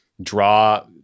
draw